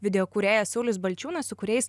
video kūrėjas saulius balčiūnas su kuriais